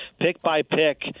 pick-by-pick